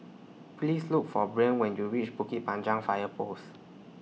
Please Look For Brien when YOU REACH Bukit Panjang Fire Post